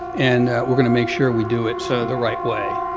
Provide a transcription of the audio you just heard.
and we're going to make sure we do it so the right way.